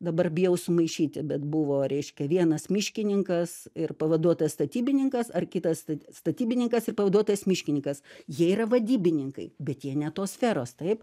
dabar bijau sumaišyti bet buvo reiškia vienas miškininkas ir pavaduotas statybininkas ar kitas stat statybininkas ir pavaduotojas miškininkas jie yra vadybininkai bet jie ne tos sferos taip